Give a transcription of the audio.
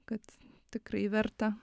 kad tikrai verta